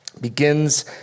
begins